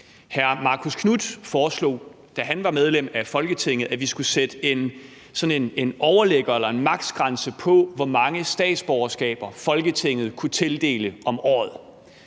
Hr. Marcus Knuth foreslog, da han var medlem af Folketinget, at vi skulle sætte sådan en overligger eller en maks.-grænse for, hvor mange statsborgerskaber Folketinget kunne tildele om året.